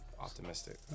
Optimistic